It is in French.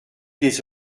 des